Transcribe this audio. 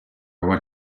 want